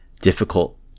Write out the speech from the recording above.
difficult